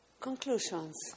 Conclusions